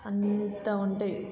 అంత ఉంటాయి